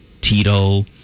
Tito